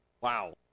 Wow